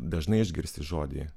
dažnai išgirsti žodį